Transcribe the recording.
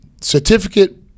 Certificate